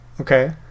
Okay